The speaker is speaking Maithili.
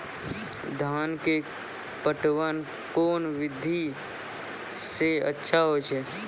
धान के पटवन कोन विधि सै अच्छा होय छै?